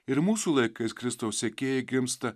ir mūsų laikais kristaus sekėjai gimsta